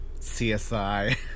CSI